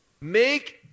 make